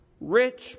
rich